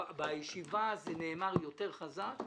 בישיבה זה נאמר חזק יותר.